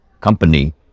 company